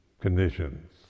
conditions